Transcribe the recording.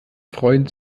freuen